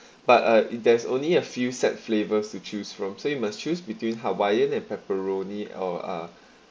but uh if there's only a few set flavours to choose from so you must choose between hawaiian and pepperoni or ah